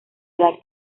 edad